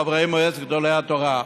חברי מועצת גדולי התורה,